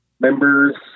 members